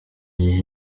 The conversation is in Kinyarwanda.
gihe